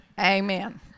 Amen